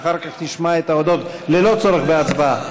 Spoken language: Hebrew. אחר כך נשמע את ההודעות ללא צורך בהצבעה.